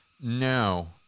No